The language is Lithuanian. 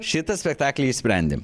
šitą spektakly išsprendėm